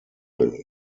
will